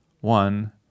one